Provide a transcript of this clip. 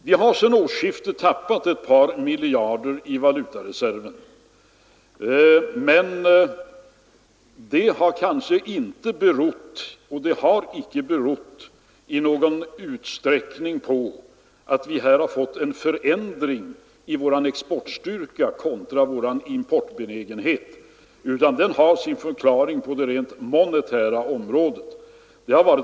Vi har sedan årsskiftet tappat ett par miljarder av valutareserven, men det har inte i någon utsträckning berott på en förändring av vår exportstyrka kontra vår importbenägenhet, utan det har sin förklaring på det rent monetära planet.